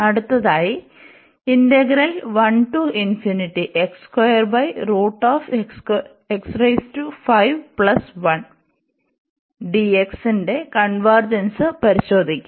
അടുത്തതായി ഇന്റഗ്രൽ ന്റെ കൺവെർജെൻസ് പരിശോധിക്കാം